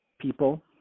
people